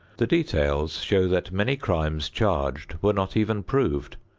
the details show that many crimes charged were not even proved,